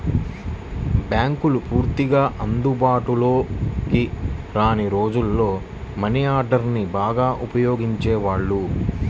బ్యేంకులు పూర్తిగా అందుబాటులోకి రాని రోజుల్లో మనీ ఆర్డర్ని బాగా ఉపయోగించేవాళ్ళు